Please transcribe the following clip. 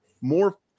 more